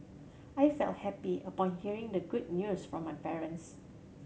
I felt happy upon hearing the good news from my parents